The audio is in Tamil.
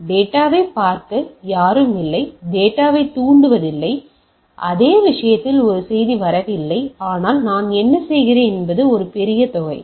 டேட்டாவைப் பார்க்க யாரும் இல்லை டேட்டாவைத் தூண்டுவதில்லை அதே விஷயத்தில் ஒரு செய்தி வரவில்லை ஆனால் நான் என்ன செய்கிறேன் என்பது ஒரு பெரிய தொகை